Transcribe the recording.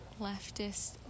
leftist